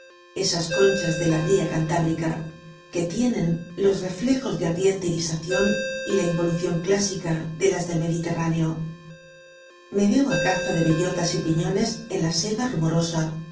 a s de la ría cantábrica q u e tienen los reflejos de ardiente irisación y la i n v o l u c i ó n clásica de las del mediterráneo me v e o á caza de bellotas y piñones en la selva r